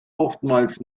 oftmals